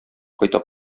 кайта